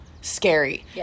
scary